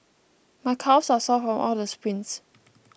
my calves are sore from all the sprints